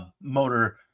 motor